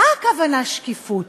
למה הכוונה בשקיפות?